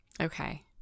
Okay